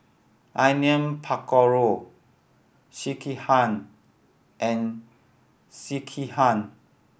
Onion Pakora Sekihan and Sekihan